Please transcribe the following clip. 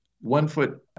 one-foot